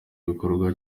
igikorwa